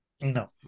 No